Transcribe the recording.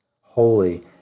holy